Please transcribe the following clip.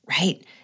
right